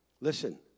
Listen